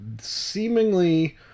seemingly